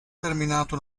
terminato